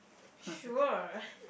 sure